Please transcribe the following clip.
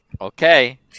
Okay